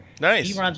Nice